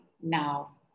now